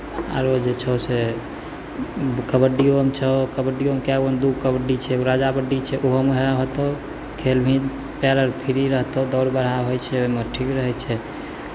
आरो जे छौ से कबड्डिओमे छौ कबड्डिओमे कए गो दू गो कबड्डी छै एगो राजा कबड्डी छै ओहोमे उएह होतौ खेलबिहीन पएर अर फ्री रहतौ दौड़ बरहा होइ छै ओहिमे ठीक रहै छै